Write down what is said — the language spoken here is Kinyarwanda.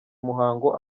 umuhango